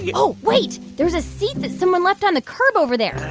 yeah oh, wait. there's a seat that someone left on the curb over there.